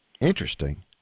Interesting